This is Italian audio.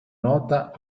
nota